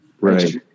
Right